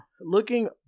looking